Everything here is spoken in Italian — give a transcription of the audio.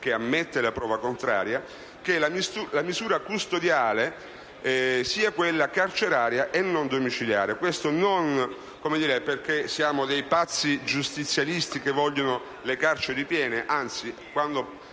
che ammette la prova contraria - per cui la misura della custodia cautelare sia quella carceraria e non domiciliare. Questo non perché siamo dei pazzi giustizialisti che vogliono le carceri piene, anzi: ricordo